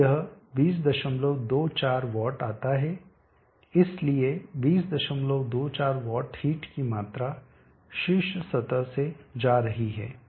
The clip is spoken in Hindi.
तो यह 2024 वाट आता है इसलिए 2024 वाट हीट की मात्रा शीर्ष सतह से जा रही है